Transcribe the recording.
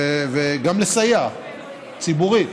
וגם לסייע ציבורית.